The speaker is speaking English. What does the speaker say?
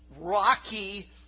rocky